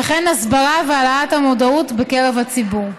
וכן הסברה והעלאת המודעות בקרב הציבור.